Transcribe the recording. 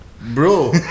Bro